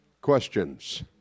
Questions